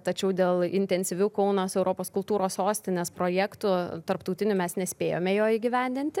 tačiau dėl intensyvių kaunas europos kultūros sostinės projektų tarptautinių mes nespėjome jo įgyvendinti